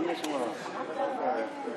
כדי שנוכל לשמוע את דברי הברכה של חבר הכנסת הורוביץ.